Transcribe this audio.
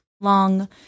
long